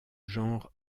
genre